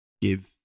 give